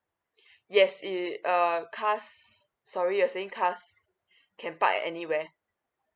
yes it err cars sorry you are saying cars can park at anywhere